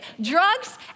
drugs